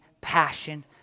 passion